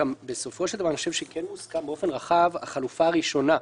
בסופו של דבר אני כן חושב שהוסכם באופן נרחב לגבי החלופה הראשונה,